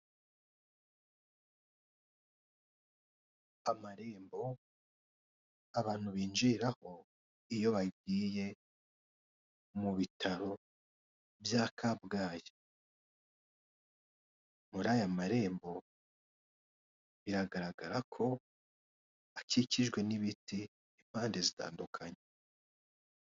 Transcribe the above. Amarembo, abantu binjiriraho iyo bagiye mu bitaro bya Kabgayi, muri aya marembo, biraragara ko akikijwe n'ibiti impande zitandukanye.